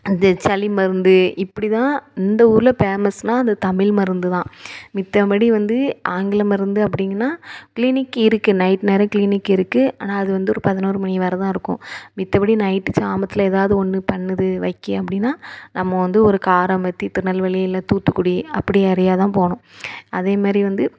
அந்த சளி மருந்து இப்படிதான் இந்த ஊரில் பேமஸ்னால் அந்த தமிழ் மருந்துதான் மத்தபடி வந்து ஆங்கில மருந்து அப்படிங்குன்னா கிளினிக் இருக்குது நைட் நேரம் கிளினிக் இருக்குது ஆனால் அது வந்து ஒரு பதினொரு மணி வரைதான் இருக்கும் மத்தபடி நைட்டு சாமத்தில் எதாவது ஒன்று பண்ணுது வைக்க அப்படின்னா நம்ம வந்து ஒரு கார் அமர்த்தி திருநெல்வேலி இல்லை தூத்துக்குடி அப்படி ஏரியா தான் போகணும் அதே மாதிரி வந்து